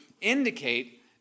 indicate